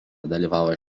dalyvavo